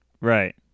Right